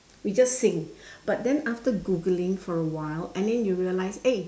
we just sing but then after googling for a while and then you realize eh